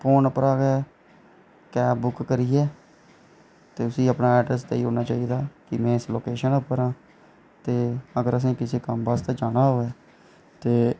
phone उप्परा गै cab book करियै ते उसी अपना एड्रैस देई ओड़ना कि में इस लोकेशन पर आं ते अगर असें गी कुसै कम्म आस्तै जाना होऐ ते